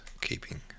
keeping